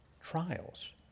trials